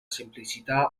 semplicità